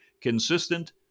consistent